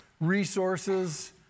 resources